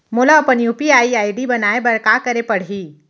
मोला अपन UPI ID बनाए बर का करे पड़ही?